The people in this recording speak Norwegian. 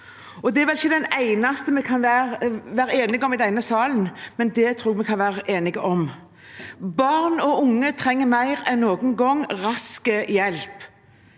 Det er vel ikke det eneste vi kan være enige om i denne salen, men jeg tror vi kan være enige om det. Barn og unge trenger mer enn noen gang rask hjelp.